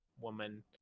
woman